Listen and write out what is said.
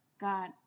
God